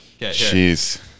Jeez